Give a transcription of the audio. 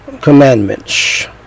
commandments